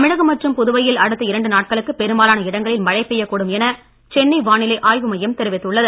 தமிழகம் மற்றும் புதுவையில் அடுத்த இரண்டு நாட்களுக்கு பெரும்பாலான இடங்களில் மழை பெய்யக் கூடும் என சென்னை வானிலை ஆய்வு மையம் தெரிவித்துள்ளது